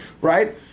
Right